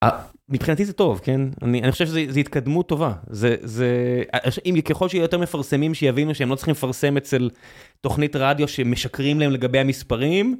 מבחינתי זה טוב, כן? אני חושב שזה התקדמות טובה. זה... אם ככל שיהיו יותר מפרסמים, שיבינו שהם לא צריכים לפרסם אצל תוכנית רדיו שמשקרים להם לגבי המספרים.